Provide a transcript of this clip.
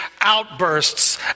outbursts